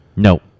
No